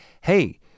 hey